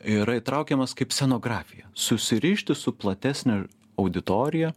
yra įtraukiamas kaip scenografija susirišti su platesne auditorija